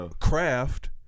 craft